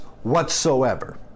whatsoever